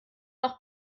noch